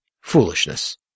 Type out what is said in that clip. foolishness